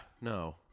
no